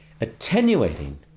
attenuating